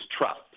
trust